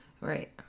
Right